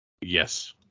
Yes